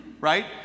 right